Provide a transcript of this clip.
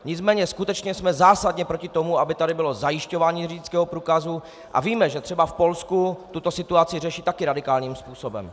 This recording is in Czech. Nicméně skutečně jsme zásadně proti tomu, aby tady bylo zajišťování řidičského průkazu, a víme, že třeba v Polsku tuto situaci řeší také radikálním způsobem.